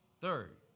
third